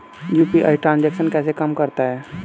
UPI transaction कैसे काम करता है?